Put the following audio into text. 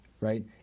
right